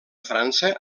frança